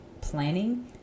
planning